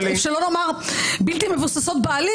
שלא נאמר בלתי מבוססות בעליל,